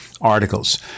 articles